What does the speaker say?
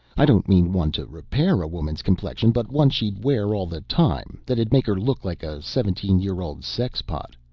i don't mean one to repair a woman's complexion, but one she'd wear all the time that'd make her look like a seventeen year old sexpot.